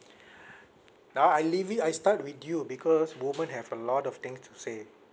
now I leave it I start with you because woman have a lot of things to say